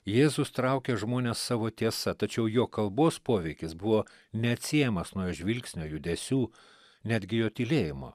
jėzus traukė žmones savo tiesa tačiau jo kalbos poveikis buvo neatsiejamas nuo jo žvilgsnio judesių netgi jo tylėjimo